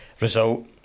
result